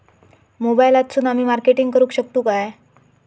मोबाईलातसून आमी मार्केटिंग करूक शकतू काय?